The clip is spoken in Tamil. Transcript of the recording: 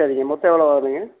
சரிங்க மொத்தம் எவ்வளோ வருங்க